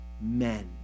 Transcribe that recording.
men